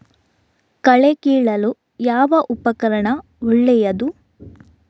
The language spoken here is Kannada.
ಕಳೆ ಕೀಳಲು ಯಾವ ಉಪಕರಣ ಒಳ್ಳೆಯದು?